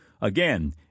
Again